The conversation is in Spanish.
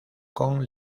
con